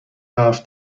حرف